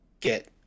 get